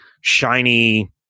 shiny